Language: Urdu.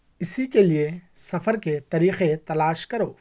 اسی کے لیے سفر کے طریقے تلاش کرو